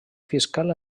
fiscal